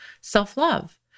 self-love